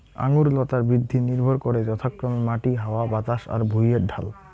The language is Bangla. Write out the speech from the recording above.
আঙুর লতার বৃদ্ধি নির্ভর করে যথাক্রমে মাটি, হাওয়া বাতাস আর ভুঁইয়ের ঢাল